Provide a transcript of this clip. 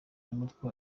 n’umutwe